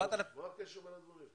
מה הקשר בין הדברים?